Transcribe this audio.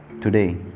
today